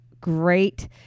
great